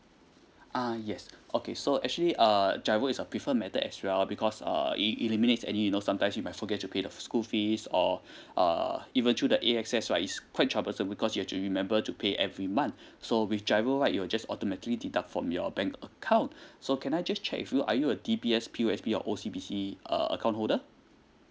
uh yes okay so actually err GIRO is a prefer method as well because uh it eliminates any you know sometimes you might forget to pay the school fees or uh even through the A_X_S right is quite troublesome because you have to remember to pay every month so with GIRO right it'll just automatically deduct from your bank account so can I just check with you are you a D_B_S P_O_S_B or O_C_B_C err account holder